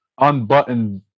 unbuttoned